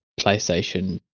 PlayStation